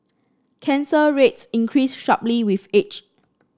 cancer rates increase sharply with age